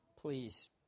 please